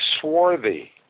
swarthy